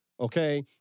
Okay